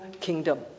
kingdom